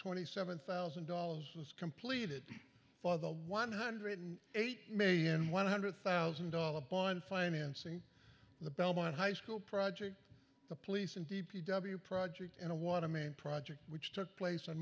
twenty seven thousand dollars was completed for the one hundred and eight million one hundred thousand dollars bond financing the belmont high school project the police and d p w project and a water main project which took place on